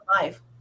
life